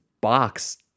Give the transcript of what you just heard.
box